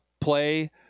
play